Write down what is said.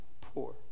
poor